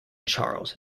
charles